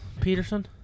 Peterson